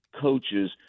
coaches